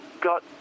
got